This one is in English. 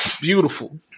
beautiful